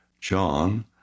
John